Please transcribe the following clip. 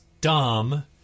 dumb